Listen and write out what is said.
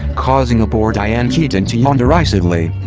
causing a bored diane keaton to yawn derisively.